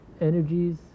energies